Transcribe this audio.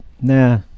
nah